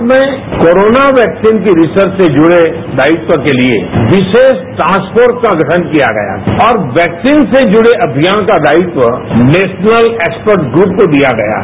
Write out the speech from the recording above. भारत में corona vaccine के research से जुड़े दायित्व के लिए विशेष टास्कफोर्स का गठन किया गया है और वैक्सीन से जुड़े अभियान का दायित्व नेशनल एक्सपर्ट ग्रुप को दिया गया है